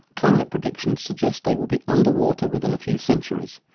climate predictions suggest they will be under water within a few centuries,